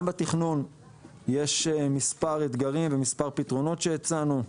גם בתכנון יש מספר אתגרים, ומספר פתרונות שהצענו,